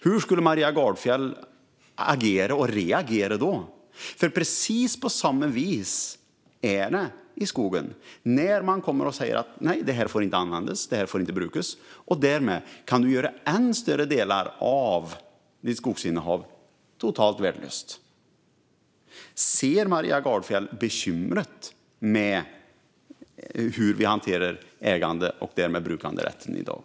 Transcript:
Hur skulle Maria Gardfjell agera och reagera då? Precis på samma sätt är det nämligen i skogen när man kommer och säger att den inte får användas och inte brukas. Därmed kan än större delar av någons skogsinnehav göras helt värdelöst. Ser Maria Gardfjell bekymret med hur vi hanterar äganderätten och därmed brukanderätten i dag?